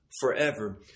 forever